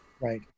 right